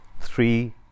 three